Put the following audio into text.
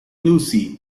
lucy